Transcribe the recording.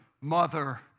mother